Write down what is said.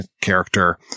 character